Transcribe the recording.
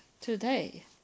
today